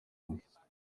umwe